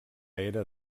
era